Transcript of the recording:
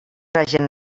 hagen